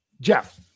Jeff